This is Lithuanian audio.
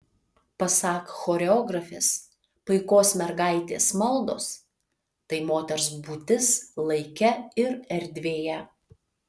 pasak choreografės paikos mergaitės maldos tai moters būtis laike ir erdvėje